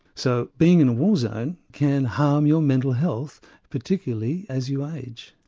so being in a war zone can harm your mental health particularly as you age.